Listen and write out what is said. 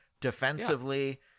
defensively